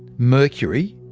mercury,